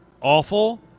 awful